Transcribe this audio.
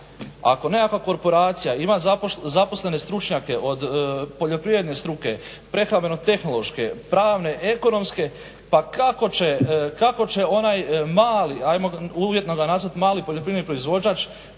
Ako nekakva korporacija ima zaposlene stručnjake od poljoprivredne struke, prehrambeno-tehnološke, pravne, ekonomske pa kako će onaj mali, ajmo uvjetno ga nazvati mali poljoprivredni proizvođač